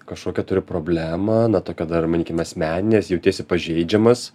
kažkokią turi problemą na tokią dar manykim asmeninę nes jautiesi pažeidžiamas